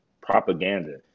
propaganda